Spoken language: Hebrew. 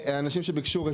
זה לא אנחנו שביקשנו,